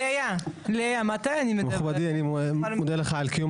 מכובדי, אני מודה לך על קיום